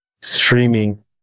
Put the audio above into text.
streaming